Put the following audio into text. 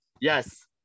Yes